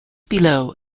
below